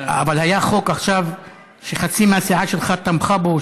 אבל היה חוק עכשיו שחצי מהסיעה שלך תמכה בו,